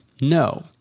No